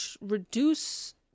reduce